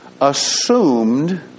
assumed